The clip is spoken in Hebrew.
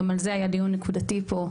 גם על זה היה דיון נקודתי פה,